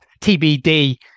TBD